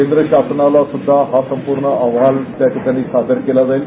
केंद्र शासनाला सुद्धा हा संपूर्ण अहवाल त्याठिकाणी सादर केला जाईल